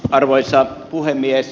arvoisa puhemies